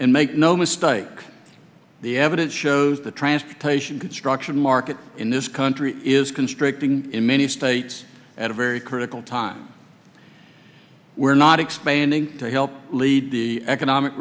and make no mistake the evidence shows the transportation construction market in this country is constricting in many states at a very critical time were not expanding to help lead the economic